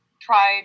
try